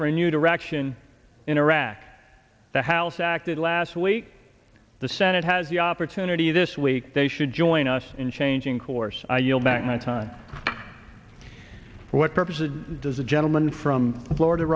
for a new direction in iraq the house acted last week the senate has the opportunity this week they should join us in changing course i yield back my time for what purposes does the gentleman from florida